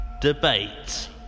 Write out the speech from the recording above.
Debate